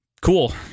cool